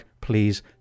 please